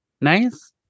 Nice